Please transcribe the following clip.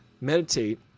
meditate